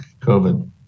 COVID